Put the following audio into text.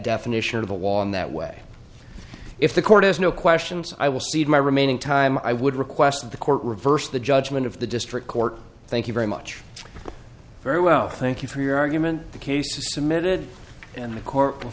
definition of a wall in that way if the court has no questions i will cede my remaining time i would request that the court reverse the judgment of the district court thank you very much very well thank you for your argument the case is submitted and the court